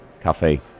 Cafe